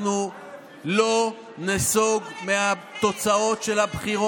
אנחנו לא ניסוג מהתוצאות, תמשיכו לזלזל,